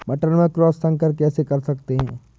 मटर में क्रॉस संकर कैसे कर सकते हैं?